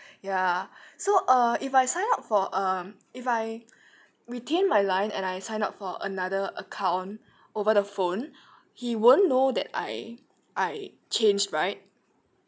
ya so uh if I sign up for um if I retain my line and I sign up for another account over the phone he won't know that I I changed right